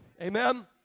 Amen